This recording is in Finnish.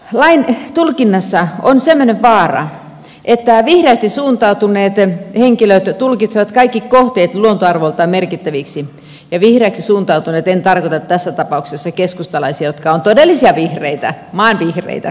lain tulkinnassa on semmoinen vaara että vihreästi suuntautuneet henkilöt tulkitsevat kaikki kohteet luontoarvoiltaan merkittäviksi ja vihreäksi suuntautuneilla en tarkoita tässä ta pauksessa keskustalaisia jotka ovat todellisia vihreitä maanvihreitä